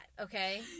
okay